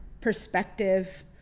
perspective